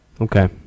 Okay